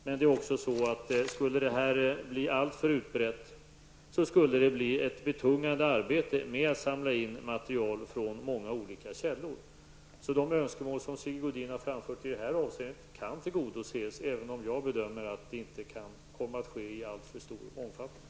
Men skulle detta bli alltför utbrett skulle det bli ett betungande arbete med att samla in material från många olika källor. De önskemål som Sigge Godin har framfört i detta avseende kan tillgodoses, även om jag bedömer att det inte kan komma att ske i alltför stor omfattning.